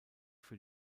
für